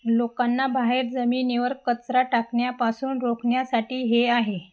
लोकांना बाहेर जमिनीवर कचरा टाकण्यापासून रोखण्यासाठी हे आहे